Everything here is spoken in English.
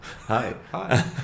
Hi